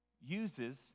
uses